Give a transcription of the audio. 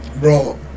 bro